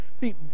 see